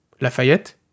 Lafayette